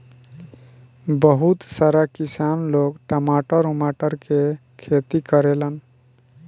बहुत सारा किसान लोग टमाटर उमाटर के खेती करेलन